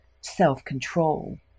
self-control